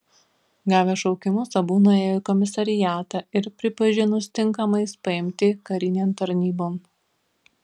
gavę šaukimus abu nuėjo į komisariatą ir pripažinus tinkamais paimti karinėn tarnybon